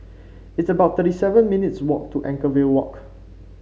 it's about thirty seven minutes walk to Anchorvale Walk